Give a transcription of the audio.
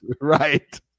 Right